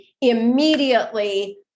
immediately